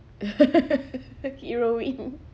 heroine